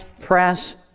press